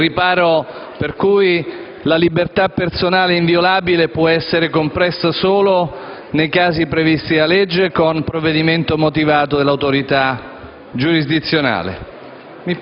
per cui la libertà personale è inviolabile e può essere compressa solo nei casi previsti dalla legge, con provvedimento motivato dell'autorità giurisdizionale